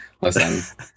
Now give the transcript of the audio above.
listen